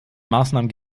maßnahmen